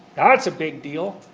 that's a big deal.